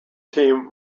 team